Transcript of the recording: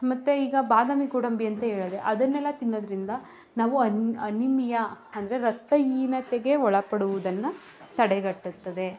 ಮತ್ತೆ ಈಗ ಬಾದಾಮಿ ಗೋಡಂಬಿ ಅಂತ ಹೇಳ್ದೆ ಅದನ್ನೆಲ್ಲ ತಿನ್ನೋದ್ರಿಂದ ನಾವು ಅನ್ ಅನಿಮಿಯಾ ಅಂದರೆ ರಕ್ತ ಹೀನತೆಗೆ ಒಳಪಡುವುದನ್ನು ತಡೆಗಟ್ಟುತ್ತದೆ